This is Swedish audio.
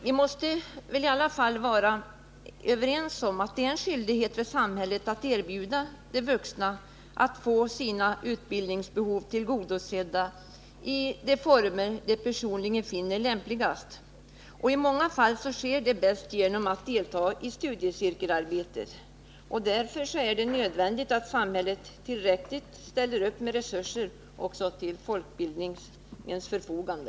Vi måste i alla fall vara överens om att det är samhällets skyldighet att erbjuda de vuxna att få sitt utbildningsbehov tillgodosett i de former som de personligen finner lämpligast. I många fall sker detta bäst genom deltagande i studiecirkelarbetet. Därför är det nödvändigt att samhället ställer tillräckliga resurser till folkbildningens förfogande.